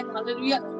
Hallelujah